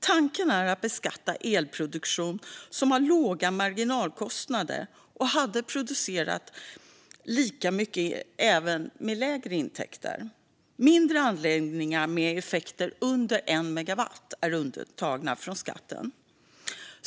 Tanken är att man ska beskatta elproduktion som har låga marginalkostnader och som hade producerat lika mycket även med lägre intäkter. Mindre anläggningar med effekter under 1 megawatt är undantagna från skatten.